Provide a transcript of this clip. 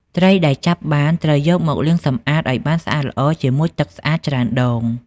ត្រីដែលចាប់បានត្រូវយកមកលាងសម្អាតឱ្យបានស្អាតល្អជាមួយទឹកស្អាតច្រើនដង។